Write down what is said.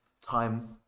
time